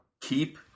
keep